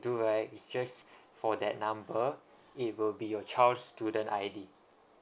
do right is just for that number it will be your child's student I_D